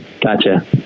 Gotcha